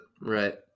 Right